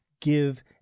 give